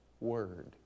word